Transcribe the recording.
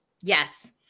Yes